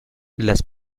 las